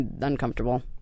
uncomfortable